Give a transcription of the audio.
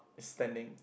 is standing